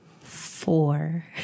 Four